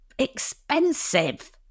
Expensive